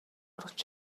оруулж